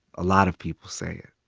a lot of people say it